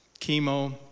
chemo